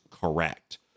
correct